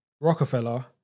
Rockefeller